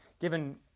given